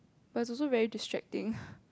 but it's also very distracting